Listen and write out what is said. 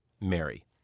Mary